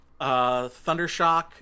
Thundershock